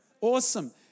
Awesome